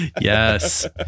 Yes